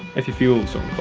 if you feel so